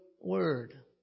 word